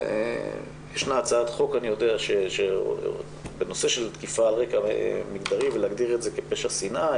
יש הצעת חוק בנושא של תקיפה על רקע מגדרי ולהגדיר את זה כפשע שנאה.